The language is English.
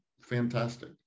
Fantastic